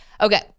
Okay